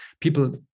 people